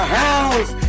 house